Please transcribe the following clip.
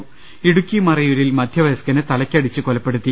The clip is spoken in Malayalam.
ട ഇടുക്കി മറയൂരിൽ മദ്ധ്യവയസ്കനെ തലയ്ക്കടിച്ച് കൊലപ്പെടുത്തി